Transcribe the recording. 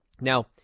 now